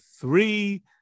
three